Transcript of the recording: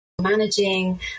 Managing